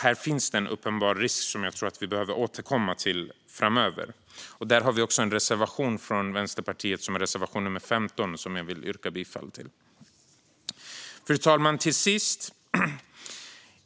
Här finns en uppenbar risk som jag tror att vi behöver återkomma till framöver. Vi har också en reservation om detta från Vänsterpartiet, reservation nummer 15, som jag vill yrka bifall till. Fru talman!